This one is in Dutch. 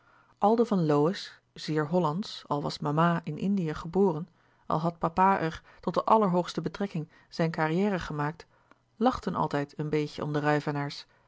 de van lowe's zeer hollandsch al was mama in indië geboren al had papa er tot de allerhoogste betrekking zijne carrière gemaakt lachten altijd een beetje om de